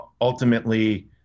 ultimately